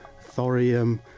thorium